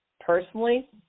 Personally